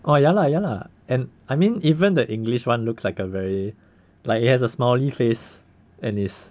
orh ya lah ya lah and I mean even the english one looks like a very like it has a smiley face and is